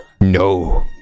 No